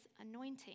anointing